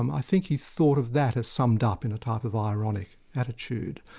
um i think he thought of that as summed up in a type of ironic attitude.